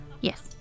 Yes